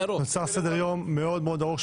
נוצר סדר-יום מאוד מאוד ארוך,